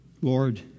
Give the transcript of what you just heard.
Lord